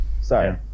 Sorry